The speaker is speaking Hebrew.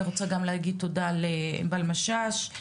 אני רוצה גם להגיד תודה לענבל משש,